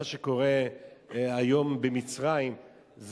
מה שקורה היום במצרים,